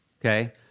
okay